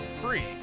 free